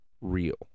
real